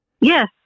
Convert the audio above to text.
Yes